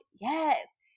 yes